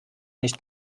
nicht